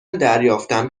دریافتم